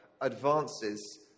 advances